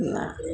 न